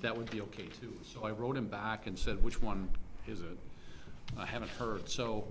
that would be ok too so i wrote him back and said which one is that i haven't heard so